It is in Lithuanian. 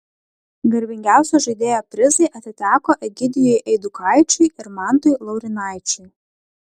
garbingiausio žaidėjo prizai atiteko egidijui eidukaičiui ir mantui laurynaičiui